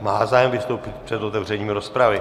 Má zájem vystoupit před otevřením rozpravy.